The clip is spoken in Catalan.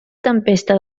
tempesta